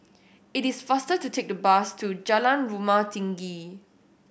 it is faster to take the bus to Jalan Rumah Tinggi